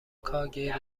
کاگب